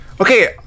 okay